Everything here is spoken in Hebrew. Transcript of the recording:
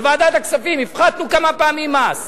בוועדת הכספים הפחתנו כמה פעמים מס.